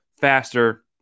faster